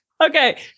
Okay